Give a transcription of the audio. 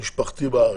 משפחתי בארץ.